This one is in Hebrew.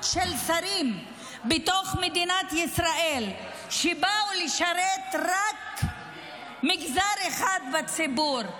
של שרים בתוך מדינת ישראל שבאו לשרת רק מגזר אחד בציבור,